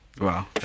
Wow